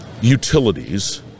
utilities